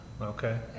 Okay